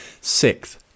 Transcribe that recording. Sixth